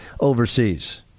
overseas